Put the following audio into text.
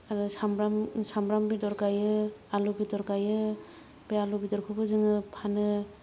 आरो सामब्राम सामब्राम बेदर गायो आलु बेदर गायो बे आलु बेदरखौबो जोङो फानो